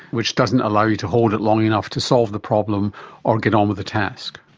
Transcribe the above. which doesn't allow you to hold it long enough to solve the problem or get on with the task.